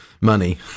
money